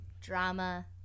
drama